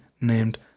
named